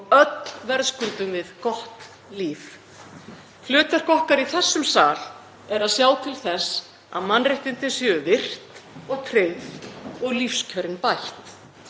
og öll verðskuldum við gott líf. Hlutverk okkar í þessum sal er að sjá til þess að mannréttindi séu virt og tryggð og lífskjörin bætt.